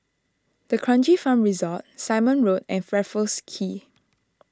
D'Kranji Farm Resort Simon Road and Raffles